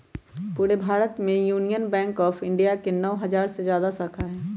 पूरे भारत में यूनियन बैंक ऑफ इंडिया के नौ हजार से जादा शाखा हई